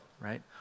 right